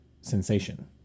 sensation